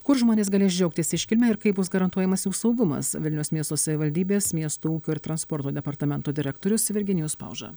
kur žmonės galės džiaugtis iškilme ir kaip bus garantuojamas jų saugumas vilniaus miesto savivaldybės miesto ūkio ir transporto departamento direktorius virginijus pauža